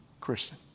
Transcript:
Christian